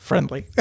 Friendly